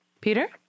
Peter